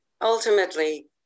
ultimately